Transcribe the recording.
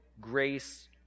grace